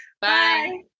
Bye